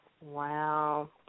Wow